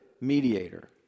mediator